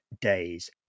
days